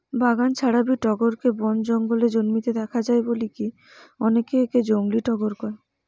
বাগান ছাড়াবি টগরকে বনে জঙ্গলে জন্মিতে দেখা যায় বলিকি অনেকে একে জংলী টগর কয়